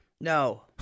no